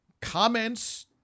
Comments